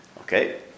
Okay